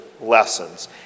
lessons